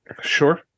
sure